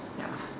ya